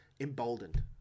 emboldened